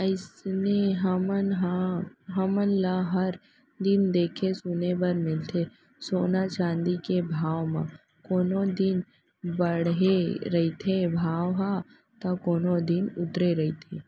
अइसने हमन ल हर दिन देखे सुने बर मिलथे सोना चाँदी के भाव म कोनो दिन बाड़हे रहिथे भाव ह ता कोनो दिन उतरे रहिथे